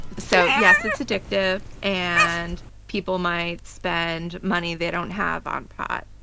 so yes, it's addictive. and people might spend money they don't have on pot.